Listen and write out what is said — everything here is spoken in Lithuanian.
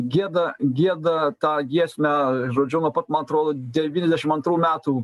gieda gieda tą giesmę žodžiu nuo pat man atrodo devyniasdešim antrų metų